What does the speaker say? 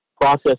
process